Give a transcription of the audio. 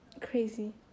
Crazy